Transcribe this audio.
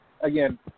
again